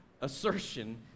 assertion